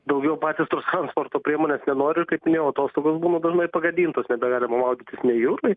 daugiau patys tos transporto priemonės nenori ir kaip minėjau atostogos būna dažnai pagadintos nebegalima maudytis nei jūroj